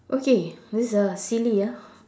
okay this a silly ah